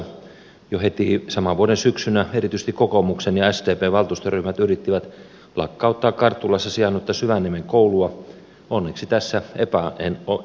jo heti saman vuoden syksynä erityisesti kokoomuksen ja sdpn valtuustoryhmät yrittivät lakkauttaa karttulassa sijainnutta syvänniemen koulua onneksi tässä epäonnistuen